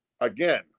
again